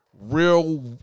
real